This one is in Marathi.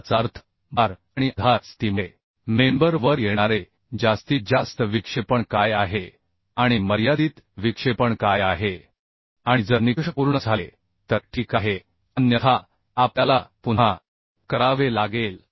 याचा अर्थ भार आणि आधार स्थितीमुळे मेंबर वर येणारे जास्तीत जास्त विक्षेपण काय आहे आणि मर्यादित विक्षेपण काय आहे आणि जर निकष पूर्ण झाले तर ठीक आहे अन्यथा आपल्याला पुन्हा करावे लागेल